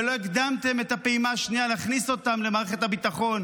ולא הקדמתם את הפעימה השנייה להכניס אותם למערכת הביטחון.